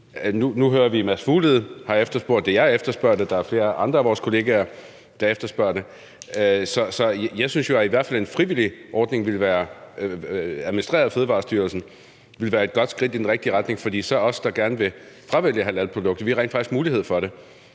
Nu hører vi, at Mads Fuglede har efterspurgt det; jeg efterspørger det, og der er flere andre af vores kollegaer, der efterspørger det. Så jeg synes jo, at i hvert fald en frivillig ordning administreret af Fødevarestyrelsen ville være et godt skridt i den rigtige retning, for så har vi, der gerne vil fravælge halalprodukter, rent faktisk mulighed for at